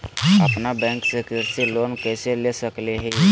अपना बैंक से कृषि पर लोन कैसे ले सकअ हियई?